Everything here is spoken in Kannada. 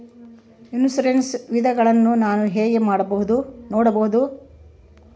ಇನ್ಶೂರೆನ್ಸ್ ವಿಧಗಳನ್ನ ನಾನು ಹೆಂಗ ನೋಡಬಹುದು?